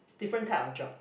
is different type of job